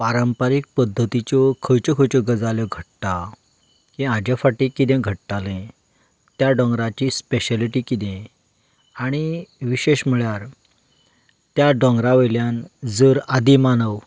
पारंपारीक पद्दतीच्यो खंयच्यो खंयच्यो गजाली घडटा वा हाचे फाटीं कितें घडटलें त्या दोंगराची स्पेशलिटी कितें आनी विशेश म्हणल्यार त्या दोंगरा वयल्यान जर आदीमानव